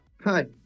Hi